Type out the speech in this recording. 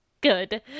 good